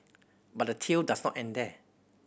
but the tail does not end there